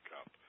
up